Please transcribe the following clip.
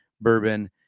bourbon